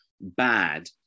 bad